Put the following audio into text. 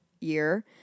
year